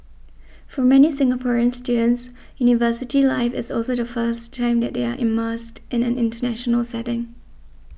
for many Singaporean students university life is also the first time that they are immersed in an international setting